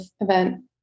event